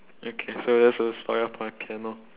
okay so that's the story of my piano